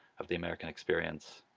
of the american experience,